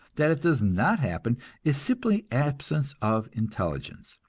that it does not happen is simply absence of intelligence.